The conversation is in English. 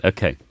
Okay